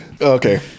okay